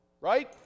right